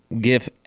give